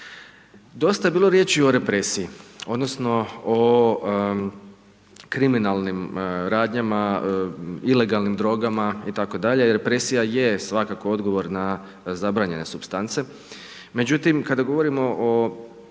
Dosta je bilo riječi o represiji, odnosno, o kriminalnim radnjama, ilegalnim drogama itd. Jer represija je svakako odgovorna, zabranjena supstance. Međutim, kada govorimo o